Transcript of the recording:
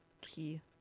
key